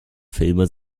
filme